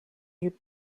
you